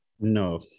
No